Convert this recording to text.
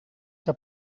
que